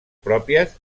pròpies